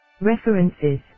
References